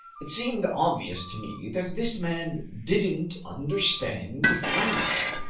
it seemed obvious to me that this man didn't understand french,